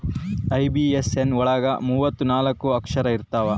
IBAN ಒಳಗ ಮೂವತ್ತು ನಾಲ್ಕ ಅಕ್ಷರ ಇರ್ತವಾ